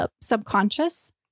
subconscious